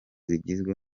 zigizwe